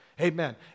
Amen